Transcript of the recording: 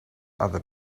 other